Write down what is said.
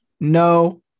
No